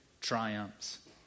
triumphs